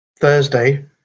Thursday